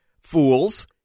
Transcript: fools